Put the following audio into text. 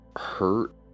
hurt